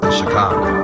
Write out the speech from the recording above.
Chicago